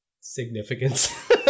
significance